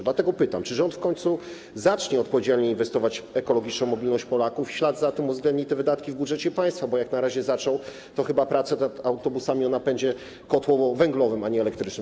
Dlatego pytam, czy rząd w końcu zacznie odpowiedzialnie inwestować w ekologiczną mobilność Polaków, a w ślad za tym uwzględni te wydatki w budżecie państwa, bo jak na razie to chyba zaczął prace nad autobusami o napędzie kotłowo-węglowym, a nie elektrycznym.